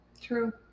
True